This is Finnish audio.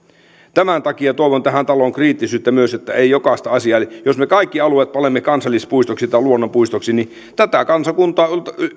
tämän takia toivon tähän taloon kriittisyyttä myös että ei jokaista asiaa jos me kaikki alueet panemme kansallispuistoksi tai luonnonpuistoksi niin tätä kansakuntaa